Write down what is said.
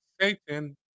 Satan